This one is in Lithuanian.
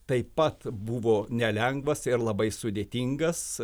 taip pat buvo nelengvas ir labai sudėtingas